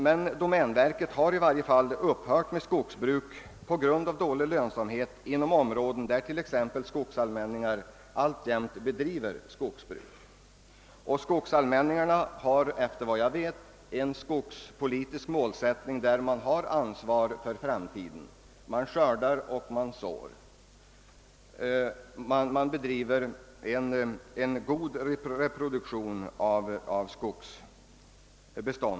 Klart är emellertid att domänverket har upphört med skogsbruk på grund av dålig lönsamhet inom områden, där t.ex. skogsallmänningar alltjämt bedriver sådant.